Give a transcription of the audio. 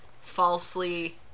falsely